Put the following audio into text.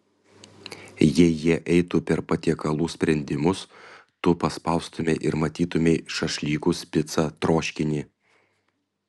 jei jie eitų per patiekalų sprendimus tu paspaustumei ir matytumei šašlykus picą troškinį